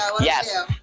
Yes